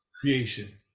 creation